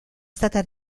stata